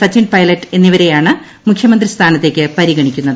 സച്ചിൻ പൈലറ്റ് എന്നിവരെയാണ് മുഖ്യമന്ത്രി സ്ഥാനത്തേക്ക് പരിഗണിക്കുന്നത്